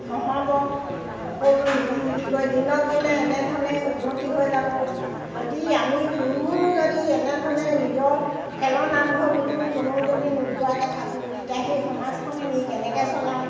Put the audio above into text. নহ'ব সকলো মিলিজুলি কৈ দিনক দিনে এনেধৰণে উন্নতি হৈ যাব যদি আমি কোনো যদি এনেধৰণে নিজৰ খেলৰ নামঘৰ বুলিও কোনেও যদি নোযোৱাকৈ থাকোঁ তেতিয়া সেই সমাজখন আমি কেনেকৈ চলাম